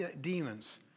demons